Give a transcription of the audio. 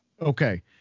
Okay